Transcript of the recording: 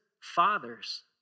fathers